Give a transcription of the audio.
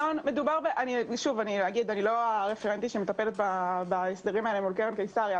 אני לא הרפרנטית שמטפלת בהסדרים האלה מול קרן קיסריה,